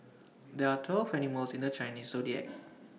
there are twelve animals in the Chinese Zodiac